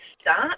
start